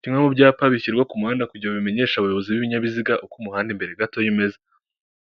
Kimwe mu byapa bishyirwa ku muhanda kugira bimenyeshe abayobozi b'ibinyabiziga uko umuhanda mbere gato'meza